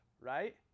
right